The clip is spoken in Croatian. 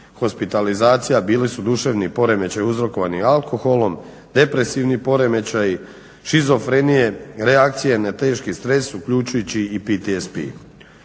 hospitalizacija bili su duševni poremećaj uzrokovani alkoholom, depresivni poremećaj, šizofrenije, reakcije na teški stres uključujući i PTSP.